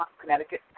Connecticut